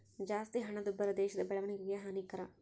ಜಾಸ್ತಿ ಹಣದುಬ್ಬರ ದೇಶದ ಬೆಳವಣಿಗೆಗೆ ಹಾನಿಕರ